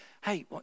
hey